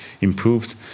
improved